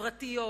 חברתיות